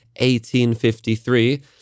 1853